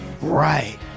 Right